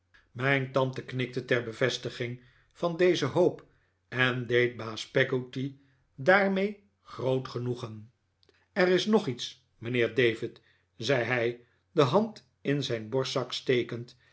mijn tante knikte ter bevestiging van deze hoop en deed baas peggotty daarmee groot genoegen er is nog iets mijnheer david zei hij de hand in zijn borstzak stekend